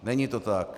Není to tak.